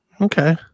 Okay